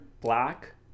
black